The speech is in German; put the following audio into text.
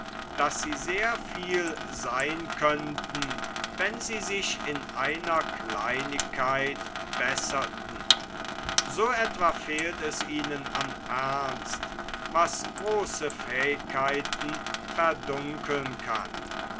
daß sie sehr viel seyn könnten wenn sie sich in einer kleinigkeit besserten so etwa fehlt es ihnen an ernst was große fähigkeiten verdunkeln kann